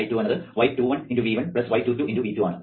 I2 എന്നത് y21 x V1 y22 × V2 ആണ്